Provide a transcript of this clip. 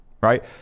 right